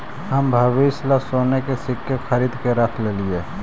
हम भविष्य ला सोने के सिक्के खरीद कर रख लिए